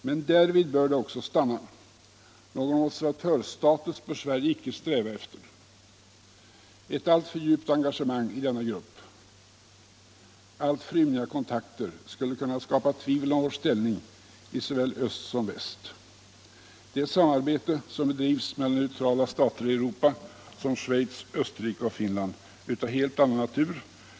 Men därvid bör det också stanna! Någon observatörsstatus bör Sverige icke sträva efter. Ett alltför djupt engagemang i denna grupp eller alltför ymniga kontakter skulle kunna skapa tvivel om vår ställning i såväl öst som väst. Det samarbete som bedrivs mellan neutrala stater i Europa, såsom Schweiz, Österrike och Finland, är av helt annan natur.